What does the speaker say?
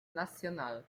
nacional